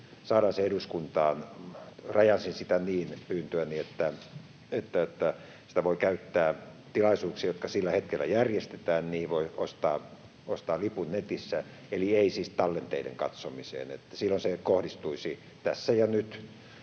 saadaan se eduskuntaan. Rajasin sitä pyyntöäni niin, että sitä voi käyttää tilaisuuksiin, jotka sillä hetkellä järjestetään, joihin voi ostaa lipun netissä, eli ei siis tallenteiden katsomiseen. Silloin se kohdistuisi tässä ja nyt